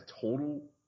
total